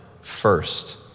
first